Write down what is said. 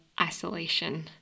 isolation